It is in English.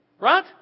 Right